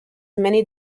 many